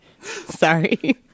sorry